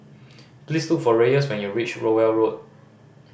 please look for Reyes when you reach Rowell Road